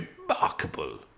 remarkable